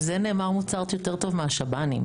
על זה נאמר מוצר יותר טוב מהשב"ן.